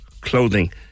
clothing